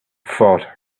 fought